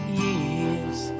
years